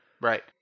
Right